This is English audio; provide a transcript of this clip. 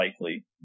likely